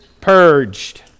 purged